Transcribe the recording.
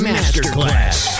Masterclass